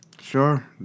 sure